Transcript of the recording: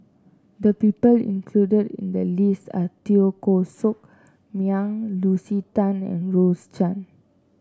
the people included in the list are Teo Koh Sock Miang Lucy Tan and Rose Chan